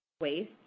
waste